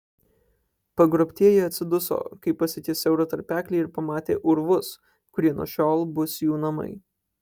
pagrobtieji atsiduso kai pasiekė siaurą tarpeklį ir pamatė urvus kurie nuo šiol bus jų namai